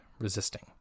resisting